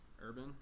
Urban